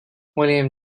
william